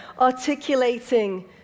articulating